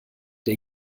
der